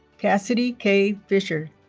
kassidy kay fisher